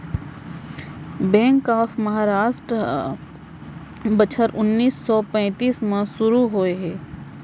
bank of Maharashtra ह बछर उन्नीस सौ पैतीस म सुरू होए हे